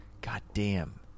Goddamn